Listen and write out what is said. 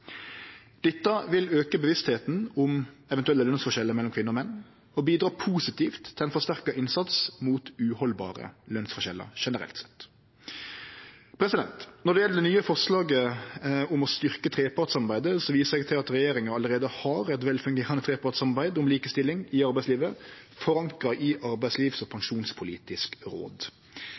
Dette vil auke medvitet om eventuelle kjønnsforskjellar mellom kvinner og menn og bidra positivt til ein forsterka innsats mot uhaldbare lønsforskjellar generelt sett. Når det gjeld det nye forslaget om å styrkje trepartssamarbeidet, viser eg til at regjeringa allereie har eit velfungerande trepartssamarbeid om likestilling i arbeidslivet, forankra i Arbeidslivs- og pensjonspolitisk råd.